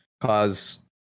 cause